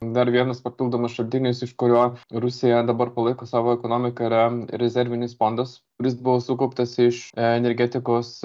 dar vienas papildomas šaltinis iš kurio rusija dabar palaiko savo ekonomiką yra rezervinis fondas kuris buvo sukauptas iš energetikos